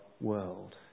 world